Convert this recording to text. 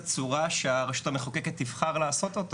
צורה שהרשות המחוקקת תבחר לעשות אותו